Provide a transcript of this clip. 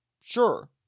Sure